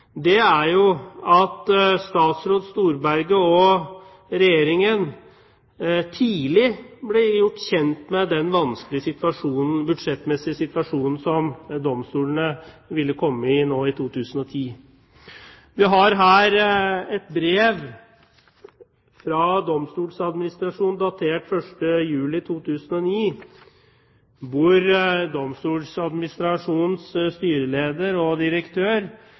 imponerende, er jo at statsråd Storberget og Regjeringen tidlig ble gjort kjent med den vanskelige budsjettmessige situasjonen som domstolene ville komme i nå i 2010. Jeg har her et brev fra Domstoladministrasjonen, datert 1. juli 2009, hvor Domstoladministrasjonens styreleder og direktør